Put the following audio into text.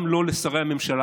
גם לא לשרי הממשלה.